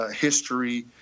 history